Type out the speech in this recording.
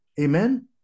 Amen